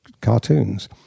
cartoons